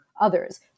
others